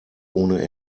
ohne